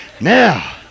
Now